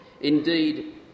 Indeed